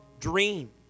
dream